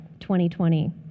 2020